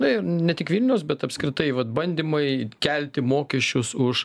na ir ne tik vilniaus bet apskritai vat bandymai kelti mokesčius už